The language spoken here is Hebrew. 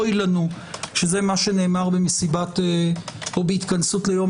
אוי לנו שזה מה שנאמר בהתכנסות ליום